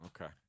Okay